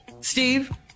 Steve